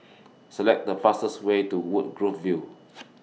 Select The fastest Way to Woodgrove View